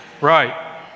Right